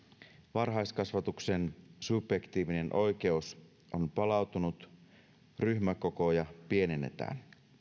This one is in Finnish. varhaiskasvatuksen subjektiivinen oikeus on palautunut ryhmäkokoja pienennetään